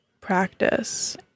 practice